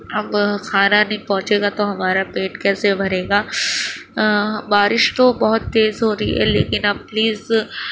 اب کھانا نہیں پہنچے گا تو ہمارا پیٹ کیسے بھرے گا بارش تو بہت تیز ہو رہی ہے لیکن آپ پلیز